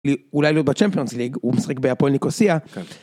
אולי לא בצ'מפיונס ליג הוא משחק Apoel ניקוסיה.